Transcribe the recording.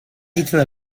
eaten